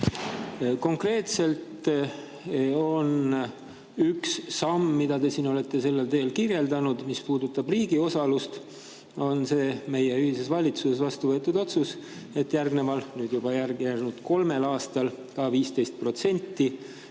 Konkreetselt üks samm, mida te siin olete sellel teel kirjeldanud, puudutab riigi osalust. See on meie ühises valitsuses vastu võetud otsus, et nüüd juba järgi jäänud kolmel aastal tõuseb